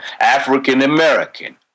African-American